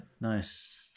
Nice